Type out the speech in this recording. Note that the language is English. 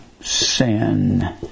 sin